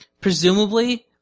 Presumably